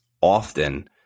often